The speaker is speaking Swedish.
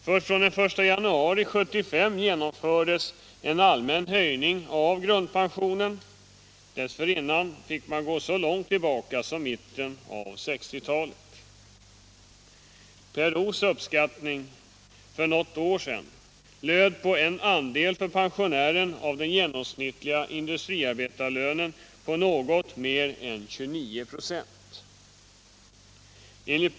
Först från den 1 januari 1975 genomfördes en allmän höjning av grundpensionen. Dessförinnan fick man gå så långt tillbaka som till mitten av 1960-talet för att hitta en höjning. PRO:s uppskattning för något år sedan löd på att andelen för en pensionär av den genomsnittliga industriarbetarlönen var något mer än 29 96.